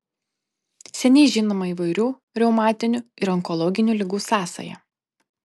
seniai žinoma įvairių reumatinių ir onkologinių ligų sąsaja